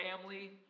family